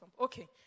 Okay